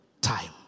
time